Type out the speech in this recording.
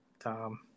Tom